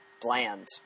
bland